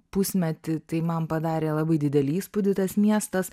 pusmetį tai man padarė labai didelį įspūdį tas miestas